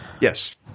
Yes